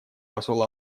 посол